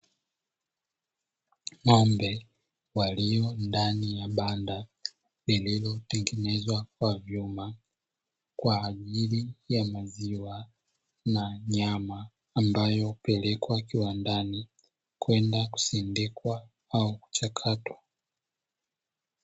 Ng'ombe walio ndani ya banda lililotengenezwa kwa vyuma kwa ajili ya maziwa na nyama, ambayo hupelekwa kiwandani kwenda kusindikwa au kuchakatwa.